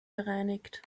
gereinigt